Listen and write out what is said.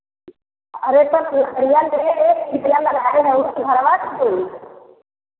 अरे पर केसरिया सुतवा लगाए हव तो भड़वा तो देई